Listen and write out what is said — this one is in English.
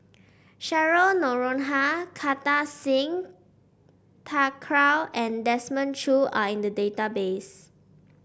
Cheryl Noronha Kartar Singh Thakral and Desmond Choo are in the database